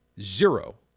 zero